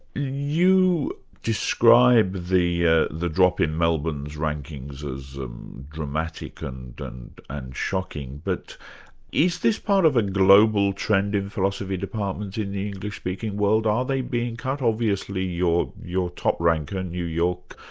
you describe the yeah the drop in melbourne's rankings as dramatic and and and shocking, but is this part of a global trend in philosophy departments in the english-speaking world? are they being cut? obviously your your top-ranker, new york,